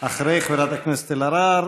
אחרי חברת הכנסת אלהרר